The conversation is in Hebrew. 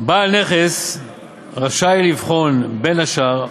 בעל נכס רשאי לבחור, בין השאר,